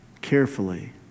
carefully